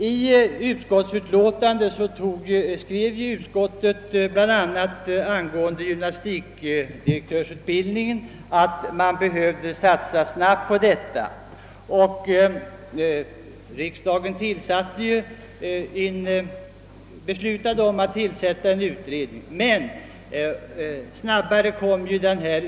I utskottsutlåtandet skrev utskottet angående gymnastikdirektörsutbildningen, att man behövde satsa snabbt på en utökning och riksdagen beslöt begära en utredning.